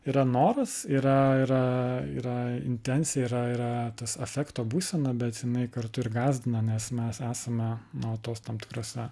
yra noras yra yra yra intencija yra yra tas afekto būsena bet jinai kartu ir gąsdina nes mes esame nuolatos tam tikruose